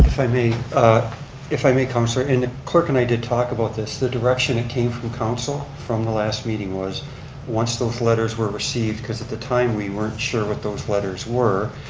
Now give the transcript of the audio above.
if i may if i may council, so and the clerk and i did talk about this. the direction it came from council from the last meeting was once those letters were received because at the time we weren't sure what those letters were,